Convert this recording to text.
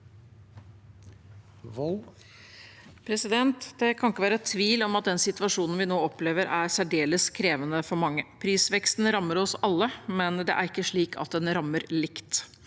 Det kan ikke være tvil om at den situasjonen vi nå opplever, er særdeles krevende for mange. Prisveksten rammer oss alle, men det er ikke slik at den rammer likt.